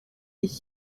iki